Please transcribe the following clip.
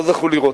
לא זכו לראות.